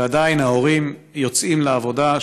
ועדיין ההורים יוצאים לעבודה.